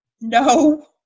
No